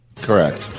Correct